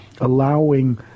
allowing